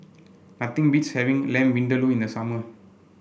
nothing beats having Lamb Vindaloo in the summer